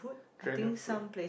dragon fruit